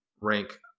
rank